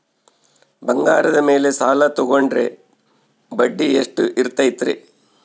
ಬಂಗಾರದ ಮೇಲೆ ಸಾಲ ತೋಗೊಂಡ್ರೆ ಬಡ್ಡಿ ಎಷ್ಟು ಇರ್ತೈತೆ?